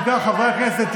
חברי הכנסת,